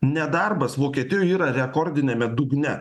nedarbas vokietijoje yra rekordiniame dugne